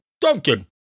Duncan